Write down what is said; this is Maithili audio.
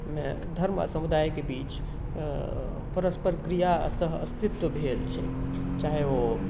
मे धर्म आओर समुदायके बीच परस्पर क्रिया सह अस्तित्व भेल छै चाहे ओ